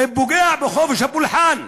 זה פוגע בחופש הפולחן.